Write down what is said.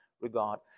regard